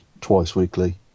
twice-weekly